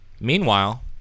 Meanwhile